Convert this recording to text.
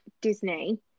Disney